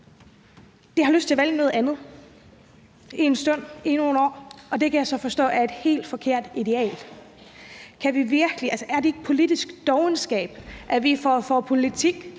De har lyst til at vælge noget andet for en stund, i nogle år, og det kan jeg så forstå er et helt forkert ideal. Er det ikke politisk dovenskab, at vi for at